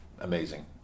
amazing